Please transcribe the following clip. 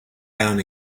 down